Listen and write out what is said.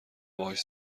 باهاش